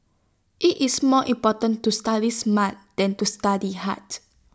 IT is more important to study smart than to study hard